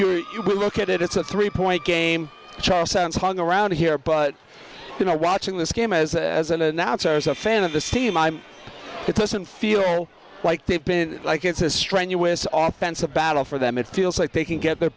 you look at it it's a three point game char sounds hung around here but you know watching this game as a as an announcer as a fan of the steve i'm it doesn't feel like they've been like it's a strenuous authentic battle for them it feels like they can get their